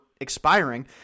expiring